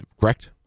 correct